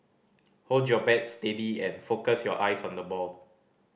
hold your bat steady and focus your eyes on the ball